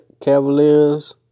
Cavaliers